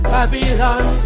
Babylon